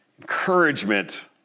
encouragement